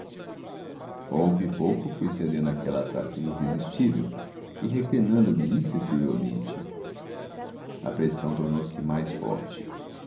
pouco a pouco fui cedendo àquela atração irresistível e reclinando me insensivelmente a pressão tornou-se mais forte